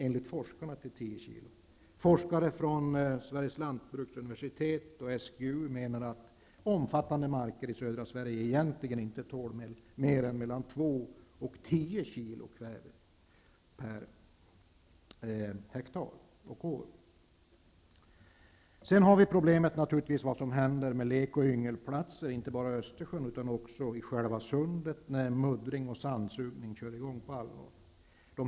Enligt forskarna borde utsläppen ner till 10 SGU menar att omfattande marker i södra Sverige egentligen inte tål mer än 2--10 kg kväve per hektar och år. Sedan har vi naturligtvis problemet med vad som händer med lek och yngelplatser inte bara i Östersjön utan också i själva sundet när muddring och sandsugning kör i gång på allvar.